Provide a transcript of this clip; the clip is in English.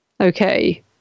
Okay